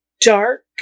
dark